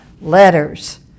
letters